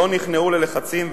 לא נכנעו ללחצים,